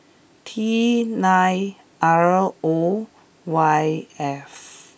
T nine R O Y F